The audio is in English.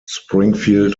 springfield